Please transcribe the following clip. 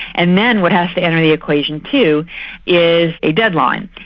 and then what has to enter the equation too is a deadline,